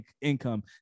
income